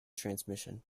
transmission